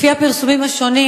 לפי הפרסומים השונים,